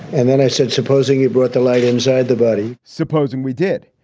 and then i said, supposing he brought the light inside the body supposing we did.